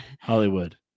hollywood